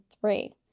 three